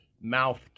mouth